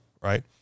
right